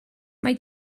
mae